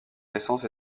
naissance